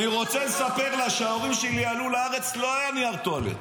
אני רוצה לספר לה שכשההורים עלו לארץ לא היה נייר טואלט.